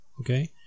okay